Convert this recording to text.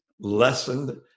lessened